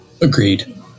Agreed